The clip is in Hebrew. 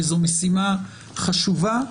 וזאת משימה חשובה.